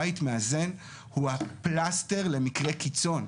בית מאזן הוא הפלסטר למקרי קיצון.